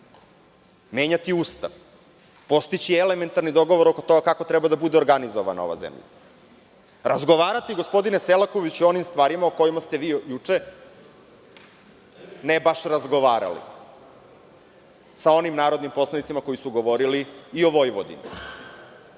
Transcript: menjati Ustav, postići elementarni dogovor oko toga kako treba da bude organizovana ova zemlja, razgovarati, gospodine Selakoviću i o onim stvarima o kojima ste vi juče, ne baš razgovarali, sa onim narodnim poslanicima koji su govorili i o Vojvodini.